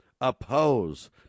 oppose